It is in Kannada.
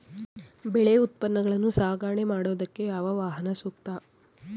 ಬೆಳೆ ಉತ್ಪನ್ನಗಳನ್ನು ಸಾಗಣೆ ಮಾಡೋದಕ್ಕೆ ಯಾವ ವಾಹನ ಸೂಕ್ತ?